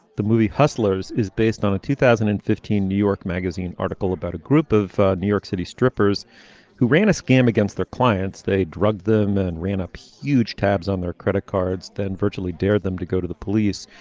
the movie hustlers is based on a two thousand and fifteen new york magazine article about a group of new york city strippers who ran a scam against their clients. they drug them and ran up huge tabs on their credit cards than virtually dared them to go to the police.